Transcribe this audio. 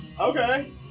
Okay